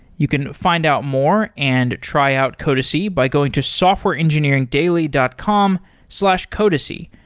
you can find out more and try out codacy by going to softwareengineeringdaily dot com slash codacy.